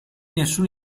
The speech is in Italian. nessun